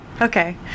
Okay